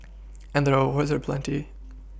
and the rewards are plenty